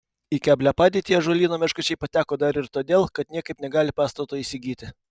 į keblią padėtį ąžuolyno meškučiai pateko dar ir todėl kad niekaip negali pastato įsigyti